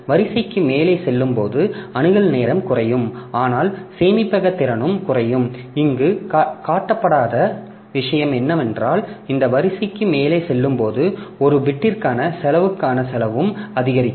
வரிசைக்கு மேலே செல்லும்போது அணுகல் நேரம் குறையும் ஆனால் சேமிப்பக திறனும் குறையும் இங்கு காட்டப்படாத விஷயம் என்னவென்றால் இந்த வரிசைக்கு மேலே செல்லும்போது ஒரு பிட்டிற்கான செலவுக்கான செலவும் அதிகரிக்கும்